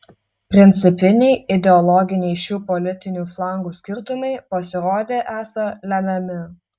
principiniai ideologiniai šių politinių flangų skirtumai pasirodė esą lemiami